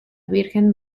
virgen